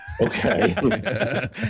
Okay